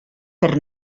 per